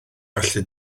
allu